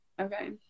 okay